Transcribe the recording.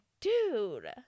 dude